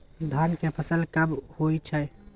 धान के फसल कब होय छै?